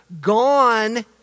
gone